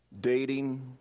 Dating